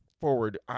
forward